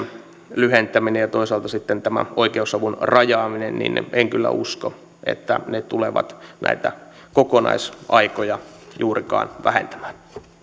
lyhentämiseen ja toisaalta sitten tähän oikeusavun rajaamiseen niin en kyllä usko että ne tulevat näitä kokonaisaikoja juurikaan vähentämään